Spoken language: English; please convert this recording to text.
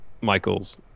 Michaels